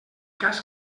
cas